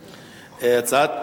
11: הצעת